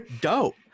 Dope